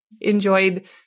enjoyed